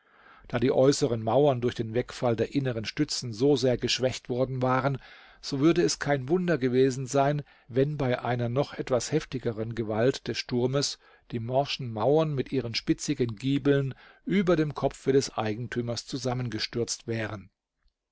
da die äußeren mauern durch den wegfall der inneren stützen so sehr geschwächt worden waren so würde es kein wunder gewesen sein wenn bei einer noch etwas heftigeren gewalt des sturmes die morschen mauern mit ihren spitzigen giebeln über dem kopfe des eigentümers zusammengestürzt wären